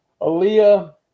Aaliyah